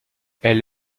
elle